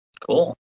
Cool